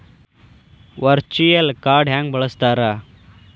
Virtual ಕಾರ್ಡ್ನ ಹೆಂಗ ಬಳಸ್ತಾರ?